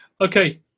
Okay